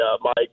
Mike